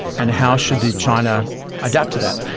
and how should the china adapt to that.